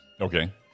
Okay